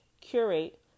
curate